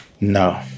No